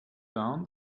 down